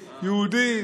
יהודים,